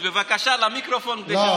בבקשה, למיקרופון.